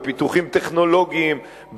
בפיתוחים טכנולוגיים,